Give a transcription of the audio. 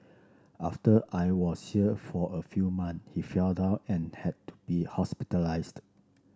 after I was sheer for a few month he fell down and had to be hospitalised